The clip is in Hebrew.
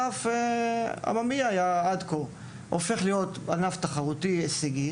עממי עד כה הופך להיות ענף תחרותי והישגי